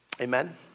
Amen